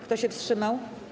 Kto się wstrzymał?